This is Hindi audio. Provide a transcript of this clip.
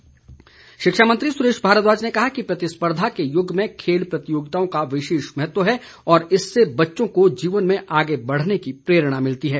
भारद्वाज शिक्षा मंत्री सुरेश भारद्वाज ने कहा है कि प्रतिस्पर्धा के युग में खेल प्रतियोगिताओं का विशेष महत्व है और इससे बच्चों को जीवन में आगे बढ़ने की प्रेरणा मिलती है